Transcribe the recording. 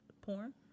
porn